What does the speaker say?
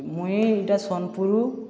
ମୁଇଁ ଏଇଟା ସୋନପୁୁର